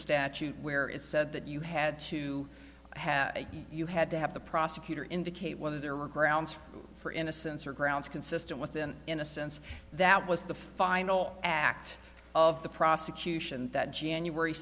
statute where it said that you had to have you had to have the prosecutor indicate whether there are grounds for innocence or grounds consistent with then in a sense that was the final act of the prosecution that january